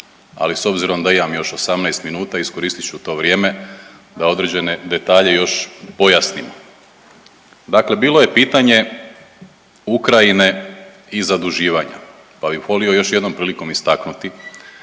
ali s obzirom da imam još 18 minuta iskoristit ću to vrijeme da određene detalje još pojasnimo. Dakle, bilo je pitanje Ukrajine i zaduživanja, pa bih volio još jednom prilikom istaknuti